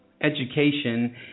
education